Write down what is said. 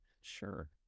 sure